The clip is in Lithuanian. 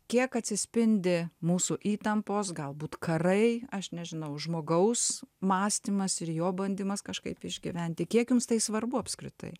kiek atsispindi mūsų įtampos galbūt karai aš nežinau žmogaus mąstymas ir jo bandymas kažkaip išgyventi kiek jums tai svarbu apskritai